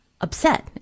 upset